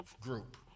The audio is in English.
group